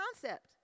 concept